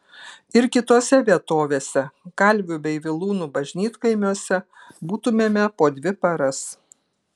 ir kitose vietovėse kalvių bei vilūnų bažnytkaimiuose būtumėme po dvi paras